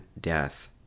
death